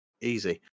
Easy